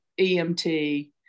EMT